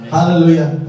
Hallelujah